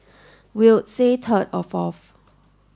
we'll say third or fourth